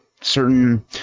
certain